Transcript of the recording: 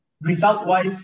result-wise